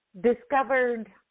discovered